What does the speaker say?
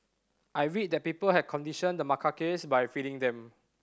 I read that people had conditioned the macaques by feeding them